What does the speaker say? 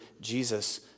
Jesus